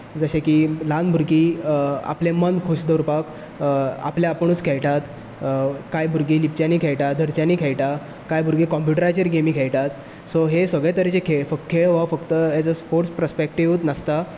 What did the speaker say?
जशें की ल्हान भुरगीं आपलें मन खुश दवरपाक आपले आपुणूच खेळटात कांय भुरगीं लिपच्यांनी खेळटात धरच्यांनी खेळटात कांय भुरगीं कंप्युटराचेर गेमी खेळटात सो हे सगळे तरेचे खेळ खेळ हो फकत एज अ स्पोर्ट्स पर्सपेक्टीवूच नासता